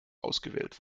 ausgewählt